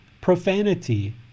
profanity